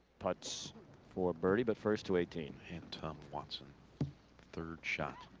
pipes for birdie, but first to eighteen and tom watson third shot.